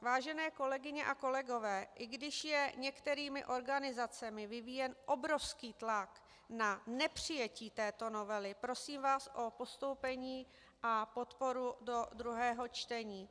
Vážené kolegyně a kolegové, i když je některými organizacemi vyvíjen obrovský tlak na nepřijetí této novely, prosím vás o postoupení a podporu do druhého čtení.